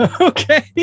Okay